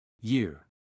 Year